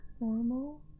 normal